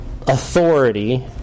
authority